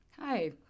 Hi